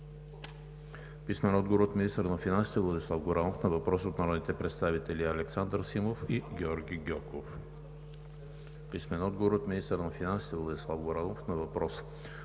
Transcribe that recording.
Гьоков; - министъра на финансите Владислав Горанов на въпрос от народните представители Александър Симов и Георги Гьоков; - министъра на финансите Владислав Горанов на въпрос от